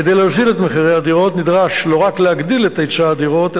כדי להוריד את מחירי הדירות נדרש לא רק להגדיל את היצע הדירות,